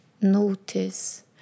notice